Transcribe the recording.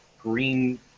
green